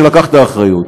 שלקח את האחריות.